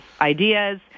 ideas